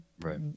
right